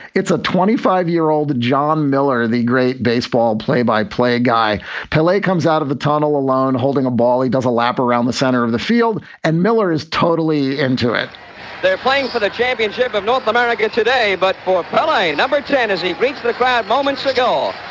it's a twenty five year old john miller, the great baseball play by play guy pele comes out of the tunnel alone holding a ball. he does a lap around the center of the field and miller is totally into it they're playing for the championship of north america today. but pele number ten as he greets the the crowd moments ago.